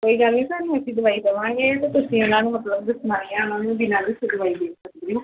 ਕੋਈ ਗੱਲ ਨਹੀਂ ਤੁਹਾਨੂੰ ਅਸੀਂ ਦਵਾਈ ਦੇਵਾਂਗੇ ਅਤੇ ਤੁਸੀਂ ਉਹਨਾਂ ਨੂੰ ਮਤਲਬ ਦੱਸਣਾ ਨਹੀਂ ਆ ਉਹਨਾਂ ਨੂੰ ਬਿਨਾਂ ਦੱਸੇ ਦਵਾਈ ਦੇ ਸਕਦੇ ਹੋ